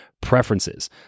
preferences